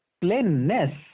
plainness